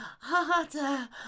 harder